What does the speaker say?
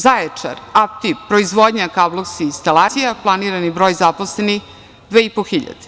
Zaječar, "Aptiv" proizvodnja kablovskih instalacija, planirani broj zaposlenih 2.500.